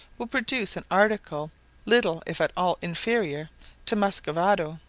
will produce an article little if at all inferior to muscovado.